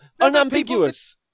Unambiguous